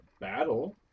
battle